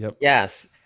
Yes